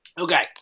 Okay